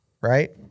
Right